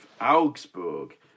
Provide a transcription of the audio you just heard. Augsburg